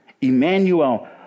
Emmanuel